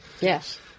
yes